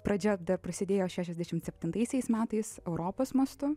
pradžia prasidėjo šešiasdešimt septintaisiais metais europos mastu